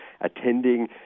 attending